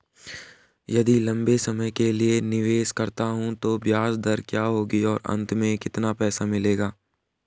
यदि लंबे समय के लिए निवेश करता हूँ तो ब्याज दर क्या होगी और अंत में कितना पैसा मिलेगा?